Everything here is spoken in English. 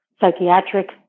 Psychiatric